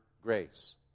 grace